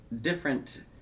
different